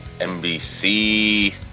NBC